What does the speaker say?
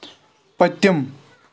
پٔتِم